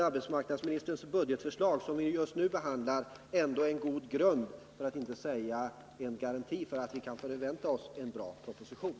Arbetsmarknadsministerns budgetförslag, som vi just nu behandlar, utgör ändå en god grund, för att inte säga en garanti, för att vi kan förvänta oss en bra proposition.